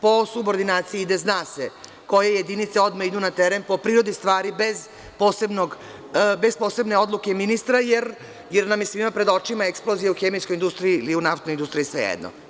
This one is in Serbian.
Po subordinaciji ide, zna se koje jedinice odmah idu na teren po prirodi stvari bez posebne odluke ministra, jer nam je svima pred očima eksplozija u hemijskoj industriji ili u naftnoj industriji, sve jedno.